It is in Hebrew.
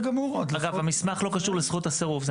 אגב, המסמך לא קשור לזכות הסירוב.